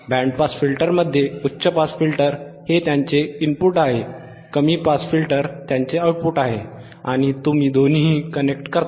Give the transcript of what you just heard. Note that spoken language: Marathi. बँड पास फिल्टरमध्ये उच्च पास फिल्टर हे त्यांचे इनपुट आहे कमी पास फिल्टर त्यांचे आउटपुट आहे आणि तुम्ही दोन्ही कनेक्ट करता